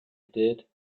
did